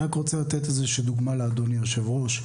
אני רק רוצה לתת איזשהי דוגמה לאדוני היו"ר.